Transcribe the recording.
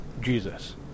Jesus